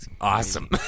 Awesome